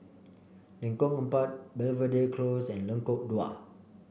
Lengkong Empat Belvedere Close and Lengkok Dua